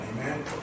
Amen